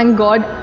um god